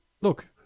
look